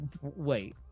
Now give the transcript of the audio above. wait